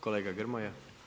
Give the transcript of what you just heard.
Kolega Grmoja.